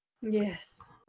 Yes